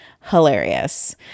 Hilarious